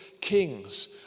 kings